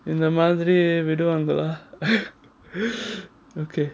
இந்த மாதிரி விடுவாங்களா:indha madhiri viduvangala okay